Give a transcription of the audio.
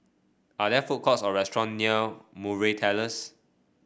are there food courts or restaurant near Murray Terrace